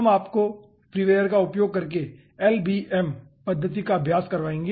हम आपको फ्रीवेयर का उपयोग करके एलबीएम पद्धति का अभ्यास करवाएंगे